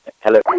Hello